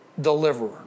deliverer